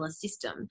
system